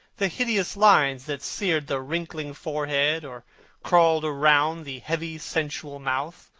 the hideous lines that seared the wrinkling forehead or crawled around the heavy sensual mouth,